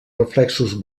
reflexos